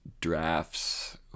drafts